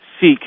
seek